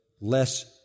less